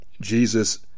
Jesus